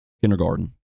kindergarten